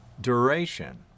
duration